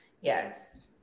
Yes